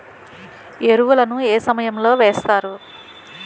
ఎరువుల ను ఏ సమయం లో వేస్తారు?